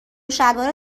شلوار